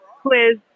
quiz